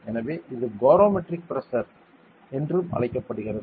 எனவே இது barometric pressure சரி என்றும் அழைக்கப்படுகிறது